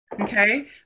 Okay